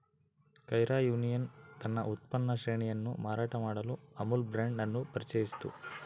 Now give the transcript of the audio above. Kaira union ತನ್ನ ಉತ್ಪನ್ನ ಶ್ರೇಣಿಯನ್ನು ಮಾರಾಟ ಮಾಡಲು ಅಮುಲ್ ಬ್ರಾಂಡ್ ಅನ್ನು ಪರಿಚಯಿಸಿತು